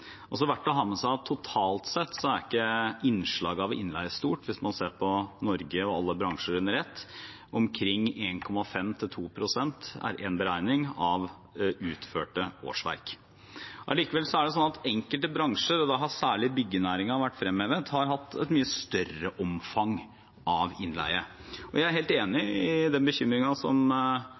også verdt å ha med seg at totalt sett er ikke innslaget av innleie stort hvis man ser på Norge og alle bransjer under ett. Omkring 1,5–2 pst. er en beregning av utførte årsverk. Allikevel er det slik at enkelte bransjer – og da har særlig byggenæringen vært fremhevet – har hatt et mye større omfang av innleie. Jeg er helt enig i den bekymringen som